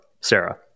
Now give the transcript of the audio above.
Sarah